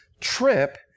trip